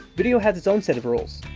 video has its own set of rules.